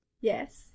Yes